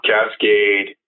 Cascade